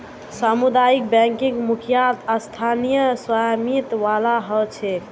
सामुदायिक बैंकिंग मुख्यतः स्थानीय स्वामित्य वाला ह छेक